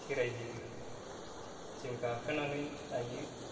खेराय हैयो आरो ना जों गाखोनानै नायो